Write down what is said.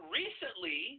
recently